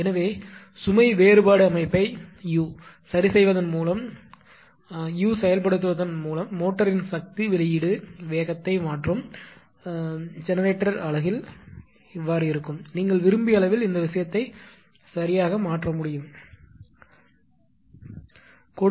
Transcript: எனவே சுமை வேறுபாடு அமைப்பை சரிசெய்வதன் மூலம் U செயல்படுத்துவதன் மூலம் மோட்டாரின் சக்தி வெளியீடு வேகத்தை மாற்றும் ஜெனரேட்டர் அலகு நீங்கள் விரும்பிய அளவில் இந்த விஷயத்தை சரியாக மாற்ற முடியும் என்று அர்த்தம்